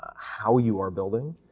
ah how you are building,